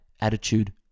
attitude